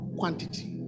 quantity